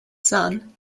son